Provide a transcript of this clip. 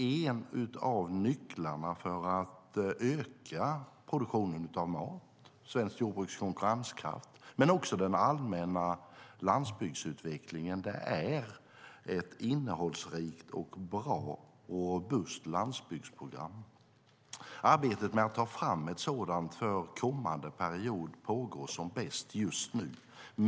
En av nycklarna för att öka produktionen av mat, svensk jordbruks konkurrenskraft men också för att främja den allmänna landsbygdsutvecklingen är ett innehållsrikt, bra och robust landsbygdsprogram. Arbetet med att ta fram ett sådant för kommande period pågår som bäst just nu.